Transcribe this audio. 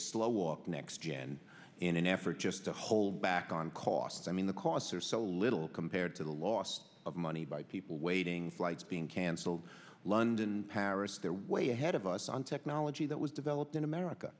slow walk next gen in an effort just to hold back on costs i mean the costs are so little compared to the loss of money by people waiting flights being canceled london paris they're way ahead of us on technology that was developed in america